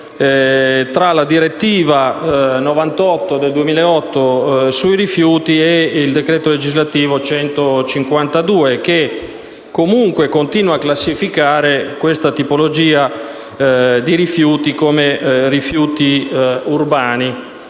tra la direttiva n. 98 del 2008 sui rifiuti e il decreto legislativo n. 152 del 2006, che comunque continua a classificare questa tipologia di rifiuti come rifiuti urbani.